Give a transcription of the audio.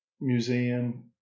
Museum